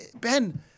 Ben